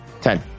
Ten